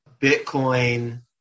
Bitcoin